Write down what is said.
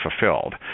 fulfilled